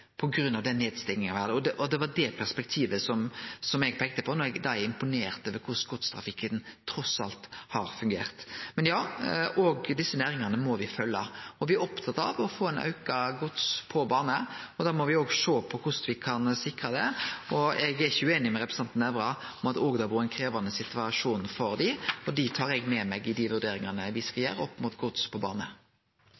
Det var det perspektivet eg peikte på da eg sa eg er imponert over korleis godstrafikken trass alt har fungert. Men ja, òg desse næringane må me følgje. Me er opptatte av å få auka gods på bane, og da må me òg sjå på korleis me kan sikre det. Eg er ikkje ueinig med representanten Nævra i at det har vore ein krevjande situasjon for dei òg, og det tar eg med meg i dei vurderingane me skal